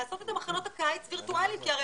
לעשות את מחנות הקיץ וירטואליים כי הרי